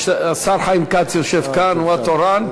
השר חיים כץ יושב כאן, הוא התורן.